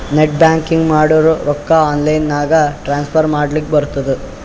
net banking ಮಾಡುರ್ ರೊಕ್ಕಾ online ನಾಗೆ ಟ್ರಾನ್ಸ್ಫರ್ ಮಾಡ್ಲಕ್ ಬರ್ತುದ್